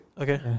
Okay